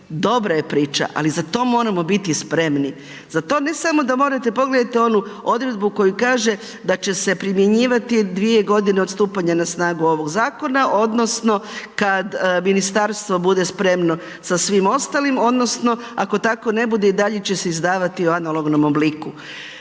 dobra je priča, ali za to moramo biti spremni. Za to ne samo da morate, pogledajte onu odredbu, koja kaže da će se primjenjivati 2 godine od stupanja na snagu ovog zakona, odnosno, kada Ministarstvo bude spremno sa svim ostalim, odnosno, ako tako ne bude i dalje će se izdavati u analognom obliku.